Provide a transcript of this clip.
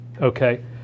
okay